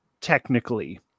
technically